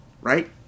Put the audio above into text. right